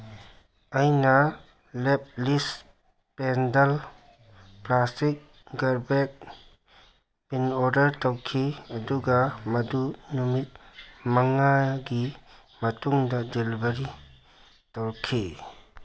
ꯑꯩꯅ ꯂꯦꯞꯂꯤꯁ pedal plastic garbage bin order ꯇꯧꯈꯤ ꯑꯗꯨꯒ ꯃꯗꯨ ꯅꯨꯃꯤꯠ ꯃꯉꯥꯒꯤ ꯃꯇꯨꯡꯗ ꯗꯤꯂꯤꯚꯔꯤ ꯇꯧꯔꯛꯈꯤ